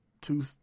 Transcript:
two